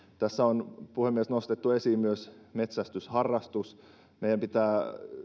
tässä on puhemies nostettu esiin myös metsästysharrastus meidän pitää